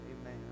Amen